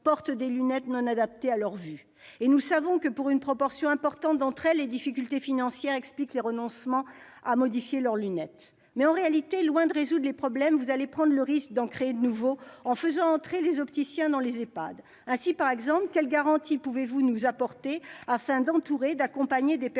portent des lunettes non adaptées à leur vue. Nous savons que, pour une proportion importante d'entre elles, les difficultés financières expliquent les renoncements à modifier leurs lunettes. En réalité, loin de résoudre les problèmes, vous allez prendre le risque d'en créer de nouveaux, en faisant entrer les opticiens dans les EHPAD. Ainsi, quelles garanties pouvez-vous nous apporter afin d'entourer, d'accompagner des personnes